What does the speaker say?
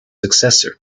successor